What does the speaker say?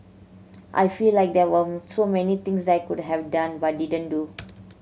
I felt like there were so many things I could have done but didn't do